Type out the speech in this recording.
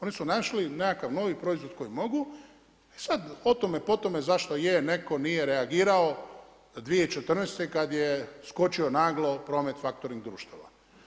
Oni su našli nekakav novi proizvod koji mogu, e sada o tome, po tome zašto je neko nije reagirao 2014. kada je skočio naglo promet faktoring društava.